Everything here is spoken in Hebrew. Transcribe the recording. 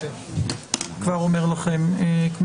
אני